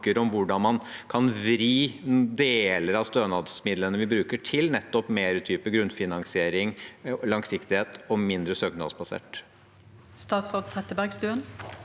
om hvordan man kan vri deler av stønadsmidlene vi bruker til nettopp mer grunnfinansiering, langsiktighet, og at mindre er søknadsbasert?